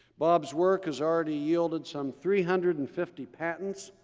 bob's work has already yielded some three hundred and fifty patents.